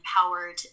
empowered